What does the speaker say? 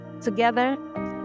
Together